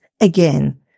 again